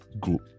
group